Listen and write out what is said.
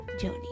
journey